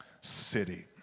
city